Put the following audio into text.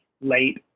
late